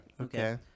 Okay